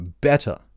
better